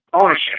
ownership